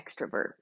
extrovert